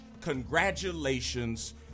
congratulations